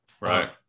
right